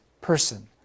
person